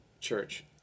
Church